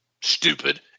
stupid